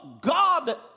God